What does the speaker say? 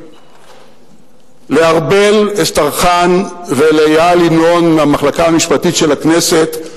לארבל אסטרחן ואיל ינון מהמחלקה המשפטית של הכנסת,